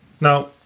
Now